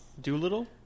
Doolittle